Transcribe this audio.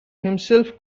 himself